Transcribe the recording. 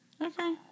Okay